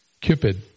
Cupid